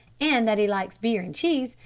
and that he likes beer and cheese,